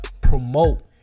promote